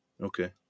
okay